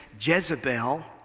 Jezebel